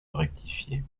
rectifié